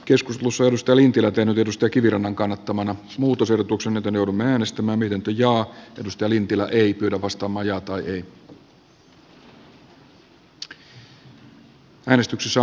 mika lintilä on esko kivirannan kannattamana muutosehdotuksen eteen joudun äänestämään miten teijo tiedustelin ehdottanut että pykälä hyväksytään vastalauseen mukaisena